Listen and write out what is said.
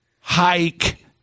hike